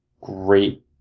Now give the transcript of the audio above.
Great